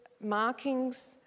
markings